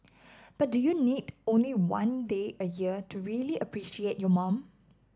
but do you need only one day a year to really appreciate your mom